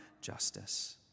justice